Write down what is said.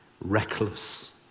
reckless